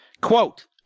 Quote